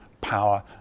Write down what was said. power